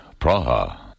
Praha